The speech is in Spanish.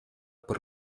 por